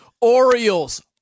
Orioles